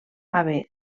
haver